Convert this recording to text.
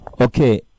Okay